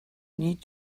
need